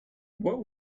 what